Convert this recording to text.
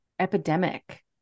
Epidemic